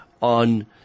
on